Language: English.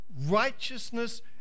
Righteousness